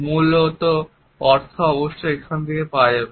মূল অর্থ অবশ্য এখনও পাওয়া যাবে